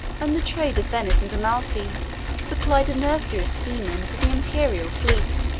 and the trade of venice and amalfi supplied a nursery of seamen to the imperial fleet.